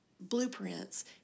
blueprints